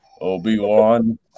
Obi-Wan